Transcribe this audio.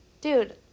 dude